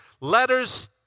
letters